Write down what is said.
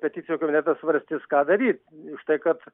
peticijų komitetas svarstys ką daryt už tai kad